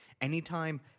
Anytime